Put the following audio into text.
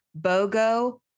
BOGO